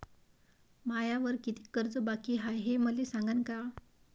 मायावर कितीक कर्ज बाकी हाय, हे मले सांगान का?